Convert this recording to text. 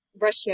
Russia